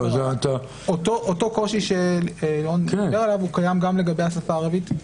אותו קושי שלירון דיבר עליו קיים גם לגבי השפה הערבית.